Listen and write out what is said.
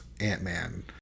Ant-Man